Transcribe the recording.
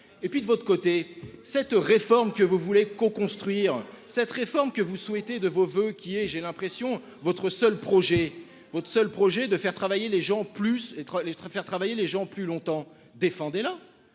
Et puis de votre côté, cette réforme que vous voulez construire cette réforme que vous souhaitez de vos voeux, qui est, j'ai l'impression, votre seul projet votre seul projet de faire travailler les gens plus étroit les